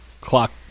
clock